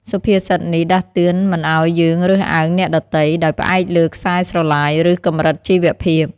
សុភាសិតនេះដាស់តឿនមិនឱ្យយើងរើសអើងអ្នកដទៃ ដោយផ្អែកលើខ្សែស្រឡាយ ឬកម្រិតជីវភាព។